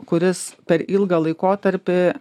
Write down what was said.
kuris per ilgą laikotarpį